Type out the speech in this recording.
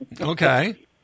Okay